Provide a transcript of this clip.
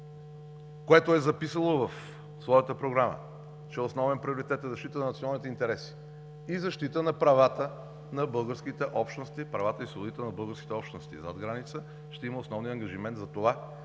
което е записало в своята програма, че основен приоритет е защита на националните интереси и защита на правата на българските общности, правата и свободите на българските общности зад граница, ще има основния ангажимент за това